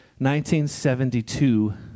1972